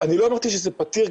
אני לא אמרתי שזה פתיר,